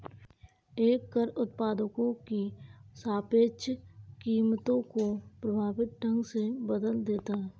एक कर उत्पादों की सापेक्ष कीमतों को प्रभावी ढंग से बदल देता है